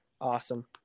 awesome